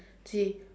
she